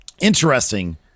interesting